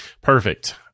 perfect